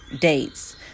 dates